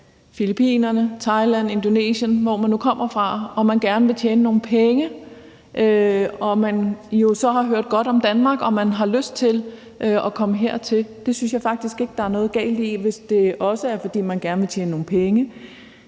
Filippinerne, Thailand, Indonesien, eller hvor man nu kommer fra, gerne vil tjene nogle penge og så har hørt godt om Danmark og har lyst til at komme hertil. Jeg synes faktisk ikke, der er noget galt i det, hvis det også er, fordi man gerne vil tjene nogle penge.